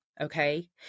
Okay